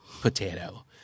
Potato